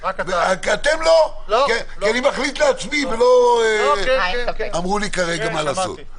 כי אני מחליט לעצמי ולא אמרו לי כרגע מה לעשות.